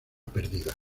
perdida